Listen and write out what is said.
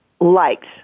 liked